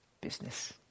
business